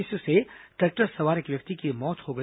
इससे ट्रैक्टर सवार एक व्यक्ति की मौत हो गई